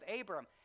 Abram